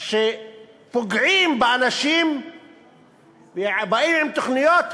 כשפוגעים באנשים ובאים עם תוכניות,